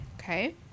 okay